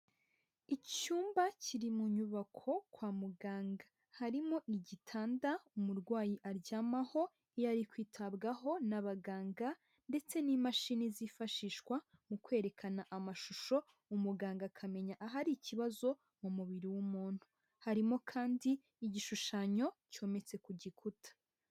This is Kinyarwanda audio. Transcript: Icyumba kiri mu nyubako kwa muganga, harimo igitanda umurwayi aryamaho iyo ari kwitabwaho n'abaganga ndetse n'imashini zifashishwa mu kwerekana amashusho, umuganga akamenya ahari ikibazo mu mubiri w'umuntu, harimo kandi igishushanyo cyometse ku gikuta.